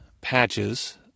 patches